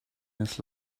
his